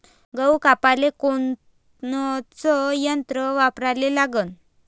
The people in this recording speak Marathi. गहू कापाले कोनचं यंत्र वापराले लागन?